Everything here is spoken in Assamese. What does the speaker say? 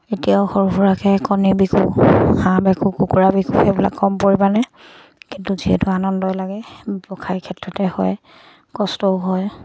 এতিয়াও সৰু সুৰাকৈ কণী বিকো হাঁহ বিকো কুকুৰা বিকো সেইবিলাক কম পৰিমাণে কিন্তু যিহেতু আনন্দই লাগে ব্য়ৱসায় ক্ষেত্ৰতে হয় কষ্টও হয়